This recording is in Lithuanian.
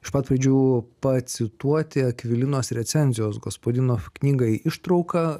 iš pat pradžių pacituoti akvilinos recenzijos gospadinov knygai ištrauka